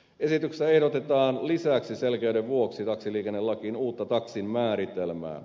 esityksessä ehdotetaan lisäksi selkeyden vuoksi taksiliikennelakiin uutta taksin määritelmää